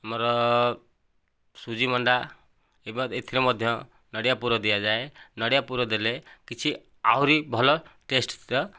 ଆମର ସୁଜି ମଣ୍ଡା ଏବାତ୍ ଏଥିରେ ମଧ୍ୟ ନଡ଼ିଆ ପୁର ଦିଆଯାଏ ନଡ଼ିଆ ପୁର ଦେଲେ କିଛି ଆହୁରି ଭଲ ଟେଷ୍ଟ